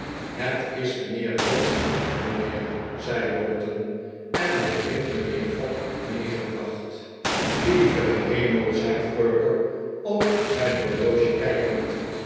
het is mijnheer dodson mijnheer zei lowten en hij heeft mijnheer fogg meegebracht lieve hemel zei perker op zijn horloge kijkend